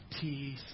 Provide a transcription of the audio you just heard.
teeth